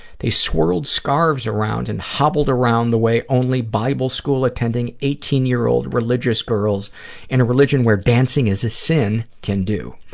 they swirled scarves around and hobbled around the way only bible school-attending eighteen-year-old religious girls in a religion where dancing is a sin can do.